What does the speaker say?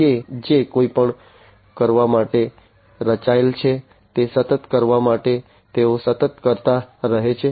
તેઓ જે કંઈપણ કરવા માટે રચાયેલ છે તે સતત કરવા માટે તેઓ સતત કરતા રહે છે